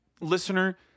listener